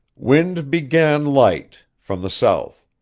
wind began light, from the south.